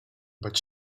but